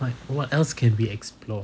what what else can we explore